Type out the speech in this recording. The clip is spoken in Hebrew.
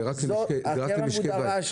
זה יהיה רק למשקי בית.